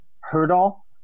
hurdle